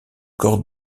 corps